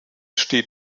steht